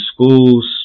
schools